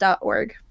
org